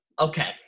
okay